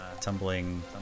tumbling